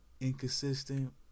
inconsistent